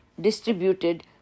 distributed